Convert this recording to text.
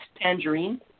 Tangerine